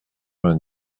vingt